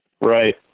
Right